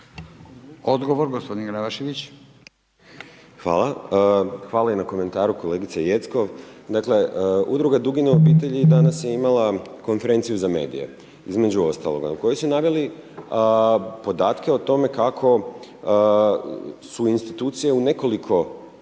Bojan (SDP)** Hvala. Hvala i na komentaru kolegice Jeckov. Dakle Udruga Dugine obitelji danas je imala konferenciju za medije između ostaloga koji su naveli podatke o tome kako su institucije u nekoliko